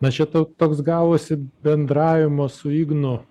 mes čia tok toks gavosi bendravimo su ignu